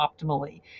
optimally